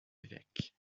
évêques